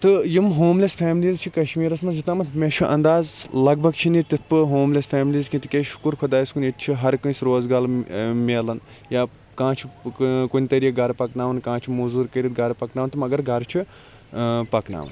تہٕ یِم homeless families چھِ کَشمیٖرَس مَنٛز یوٚتامَتھ مےٚ چھُ اَنداز لَگ بَگ چھِنہٕ ییٚتہِ تِتھ پٲٹھۍ ہوم لیٚس فیملیٖز کینٛہہ تِکیاز شُکُر خۄدایَس کُن ییٚتہِ چھُ ہَر کٲنٛسہِ روزگال میلَن یا کانٛہہ چھُ کُنہ طریقہ گَرٕ پَکناوَن کانٛہہ چھُ موٚزور کٔرِتھ گَرٕ پَکناوَن تہٕ مَگَر گَرٕ چھُ پَکناوان